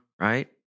right